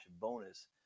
bonus